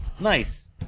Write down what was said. Nice